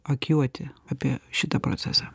akiuoti apie šitą procesą